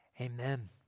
Amen